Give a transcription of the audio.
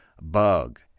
bug